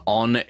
on